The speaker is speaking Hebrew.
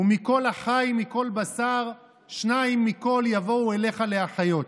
"ומכל החי מכל בשר שניים מכל, יבאו אליך להחיות".